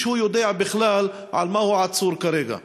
שהוא יודע בכלל על מה הוא עצור כרגע.